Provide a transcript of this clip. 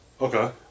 Okay